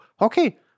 okay